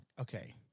Okay